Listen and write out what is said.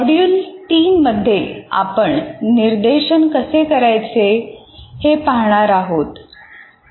module तीन मध्ये आपण निर्देशन कसे करायचे हे पाहणार आहोत